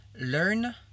learn